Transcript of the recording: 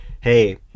Hey